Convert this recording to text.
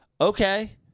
Okay